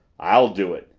i'll do it,